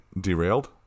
Derailed